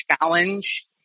challenge